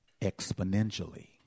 Exponentially